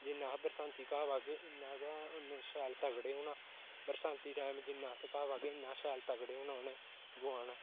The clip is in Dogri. जि'न्ना अस बरसांती घाऽ पागे उ'न्ना गै उ'न्ना शैल तगड़े होना बरसांती टैम जि'न्ना अस घाऽ पागे उ'न्ना शैल तगड़े होना उ'नें गौआ ने